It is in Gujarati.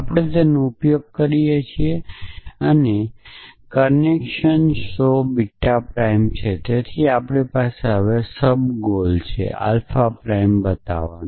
આપણે તેનો ઉપયોગ કરીએ છીએ કનેક્શન શો બીટા પ્રાઇમ છે તેથી આપણી પાસે હવે સબ ગોલ છે આલ્ફા પ્રાઇમ બતાવો